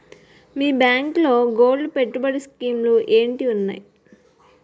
మీ బ్యాంకులో గోల్డ్ పెట్టుబడి స్కీం లు ఏంటి వున్నాయి?